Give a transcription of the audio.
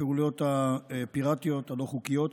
בפעולות הפיראטיות, הלא-חוקיות,